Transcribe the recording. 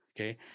okay